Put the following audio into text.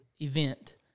event